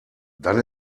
dann